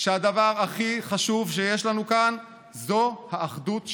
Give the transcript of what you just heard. שהדבר הכי חשוב שיש לנו כאן הוא האחדות שלנו.